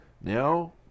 Now